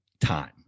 time